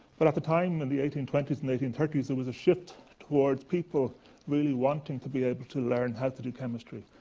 but at the time, in the eighteen twenty s and eighteen thirty s, there was a shift towards people really wanting to be able to learn how to do chemistry.